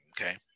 Okay